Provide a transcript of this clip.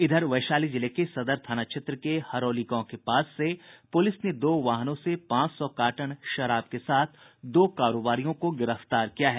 इधर वैशाली जिले के सदर थाना क्षेत्र के हरौली गांव के पास से पूलिस ने दो वाहनों से पांच सौ कार्टन विदेशी शराब के साथ दो कारोबारियों को गिरफ्तार किया है